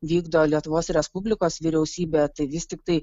vykdo lietuvos respublikos vyriausybė tai vis tiktai